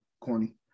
corny